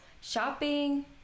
shopping